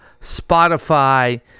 Spotify